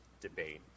debate